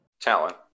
talent